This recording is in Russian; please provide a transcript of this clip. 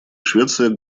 швеция